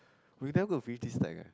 we're never gonna finish this stack eh